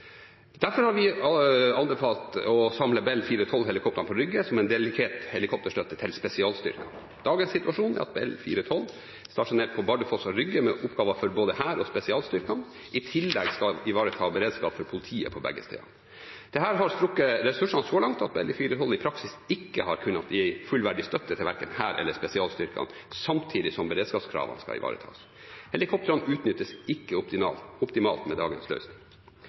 Derfor har vi anbefalt å samle Bell 412-helikoptrene på Rygge, som en dedikert helikopterstøtte til spesialstyrkene. Dagens situasjon er at Bell 412, stasjonert på Bardufoss og på Rygge med oppgaver for både Hæren og spesialstyrkene, i tillegg skal ivareta beredskap for politiet begge steder. Dette har strukket ressursene så langt at Bell 412 i praksis ikke har kunnet gi fullverdig støtte til verken Hæren eller spesialstyrkene samtidig som beredskapskravene skal ivaretas. Helikoptrene utnyttes ikke optimalt med dagens løsning.